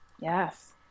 yes